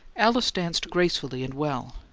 alice danced gracefully and well,